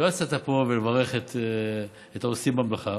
לא יצאת פה לברך את העושים במלאכה.